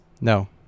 No